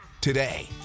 today